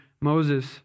Moses